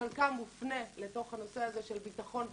שחלקה מופנה לתוך הנושא הזה של ביטחון ונגישות.